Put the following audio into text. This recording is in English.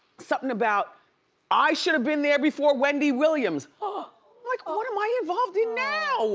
something about i should've been there before wendy williams. ah like, what am i involved in now?